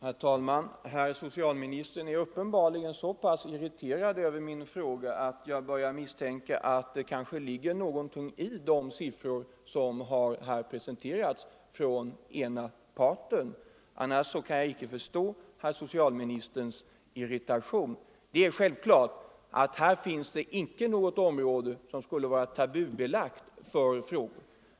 Herr talman! Herr socialministern är så uppenbart irriterad över min fråga att jag börjar misstänka att det kanske ligger någonting i de siffror som här har presenterats från ena parten. Annars kan jag icke förstå herr socialministerns irritation. Det är självklart att det icke finns något område som skulle vara tabubelagt för frågor.